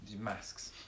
Masks